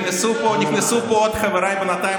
נכנסו פה עוד חבריי בינתיים,